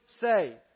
say